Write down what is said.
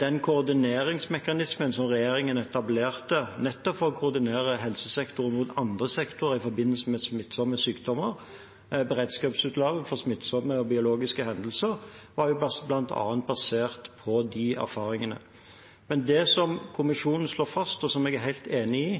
Den koordineringsmekanismen som regjeringen etablerte for å koordinere helsesektoren med andre sektorer i forbindelse med smittsomme sykdommer, beredskapsutvalget for smittsomme og biologiske hendelser, var bl.a. basert på de erfaringene. Men det som kommisjonen slår fast, og som jeg er helt enig i,